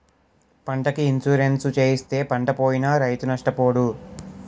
పంటకి ఇన్సూరెన్సు చేయిస్తే పంటపోయినా రైతు నష్టపోడు